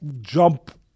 jump